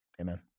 Amen